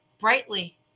brightly